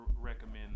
recommend